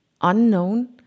unknown